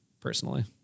Personally